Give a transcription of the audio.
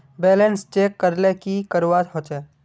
Balance check करले की करवा होचे?